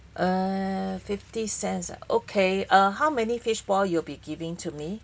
ah fifty cents okay uh how many fishball you'll be giving to me